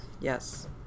Yes